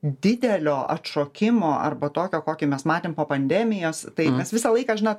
didelio atšokimo arba tokio kokį mes matėm po pandemijos tai mes visą laiką žinot